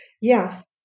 yes